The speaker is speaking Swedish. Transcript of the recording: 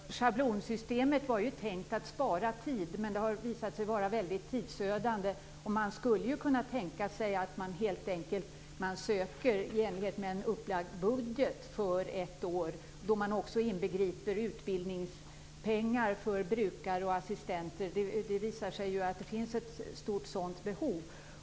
Fru talman! Schablonsystemet var tänkt att spara tid, med det har visat sig vara väldigt tidsödande. Det skulle kunna tänkas att man helt enkelt söker i enlighet med en upplagd budget för ett år. Då inbegriper man också utbildningspengar för brukare och assistenter. Det visar sig att det finns ett stort sådant behov.